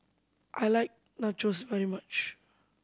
I like Nachos very much